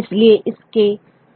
इसलिए इसकी